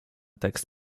tekst